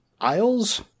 Isles